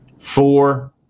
Four